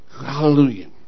Hallelujah